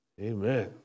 Amen